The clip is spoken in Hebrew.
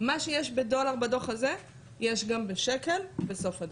מה שיש בדולר בדו"ח הזה יש גם בשקל בסוף הדו"ח.